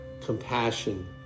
compassion